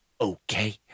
Okay